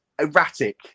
erratic